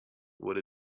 what